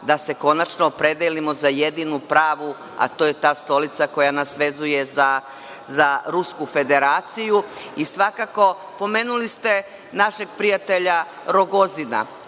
da se konačno opredelimo za jedinu pravu, a to je ta stolica koja nas vezuje za Rusku Federaciju. Svakako, pomenuli ste našeg prijatelja Rogozina.